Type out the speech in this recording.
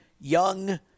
young